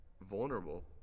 vulnerable